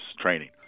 training